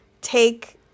take